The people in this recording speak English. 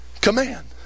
command